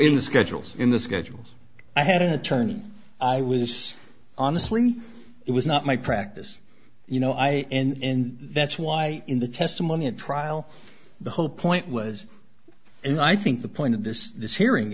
in the schedules in the schedule i had an attorney i was honestly it was not my practice you know i and that's why in the testimony at trial the whole point was and i think the point of this this hearing